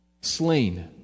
slain